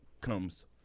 comes